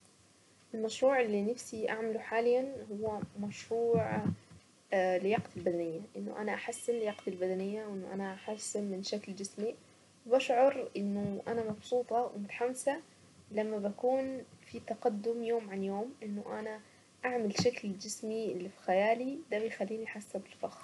المشروع اللي نفسي اعمله حاليا هو مشروع لياقتي البدنية انه انا احسن لياقتي البدنية وانه انا احسن من شكل جسمي، واشعر انه انا مبسوطة ومتحمسة لما بكون في تقدم يوم عن يوم انه انا اعمل شكلي لجسمي اللي في خيالي ده بيخلي حاسة بالفخر.